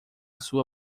sua